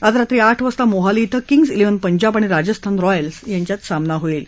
आज रात्री आठ वाजता मोहाली श्रे किंग्ज त्रैव्हन पंजाब आणि राजस्थान रॉयल्स यांच्यात सामना होईल